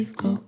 go